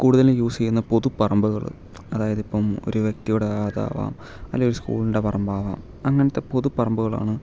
കൂടുതലും യൂസ് ചെയ്യുന്ന പൊതുപ്പറമ്പുകൾ അതായത് ഇപ്പം ഒരു വ്യക്തിയുടേതാവാം അല്ലെങ്കിൽ ഒരു സ്കൂളിൻ്റെ പറമ്പാവാം അങ്ങനത്തെ പൊതു പറമ്പുകളാണ്